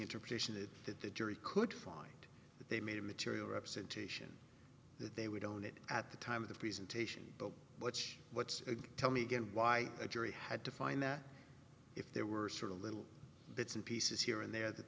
interpretation that the jury could find they made a material representation that they would own it at the time of the presentation but what's what's tell me again why a jury had to find that if there were certain little bits and pieces here and there that